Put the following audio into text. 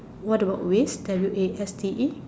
what about waste W A S T E